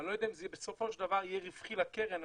ואני לא יודע אם זה בסופו של דבר יהיה רווחי בקרן.